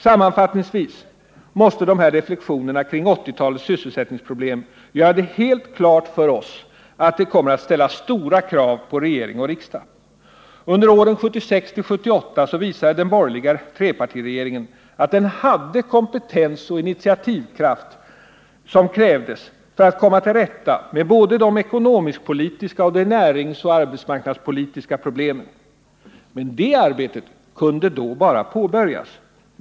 Sammanfattningsvis måste de här reflexionerna kring 1980-talets syssel sättningsproblem göra det helt klart för oss att det kommer att ställas stora krav på regering och riksdag. Under åren 1976-1978 visade den borgerliga trepartiregeringen att den hade den kompetens och initiativkraft som krävdes för att komma till rätta med både de ekonomisk-politiska och de näringsoch arbetsmarknadspolitiska problemen. Men det arbetet kunde då bara påbörjas.